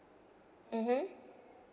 (uh huh)